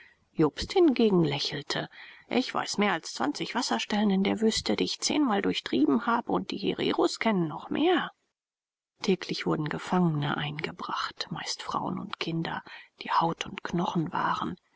jobst hingegen lächelte ich weiß mehr als zwanzig wasserstellen in der wüste die ich zehnmal durchtrieben habe und die hereros kennen noch mehr täglich wurden gefangene eingebracht meist frauen und kinder die haut und knochen waren